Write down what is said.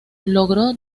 logró